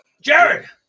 jared